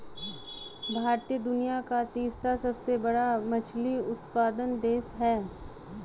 भारत दुनिया का तीसरा सबसे बड़ा मछली उत्पादक देश है